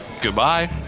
Goodbye